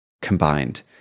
combined